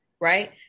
right